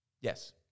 Yes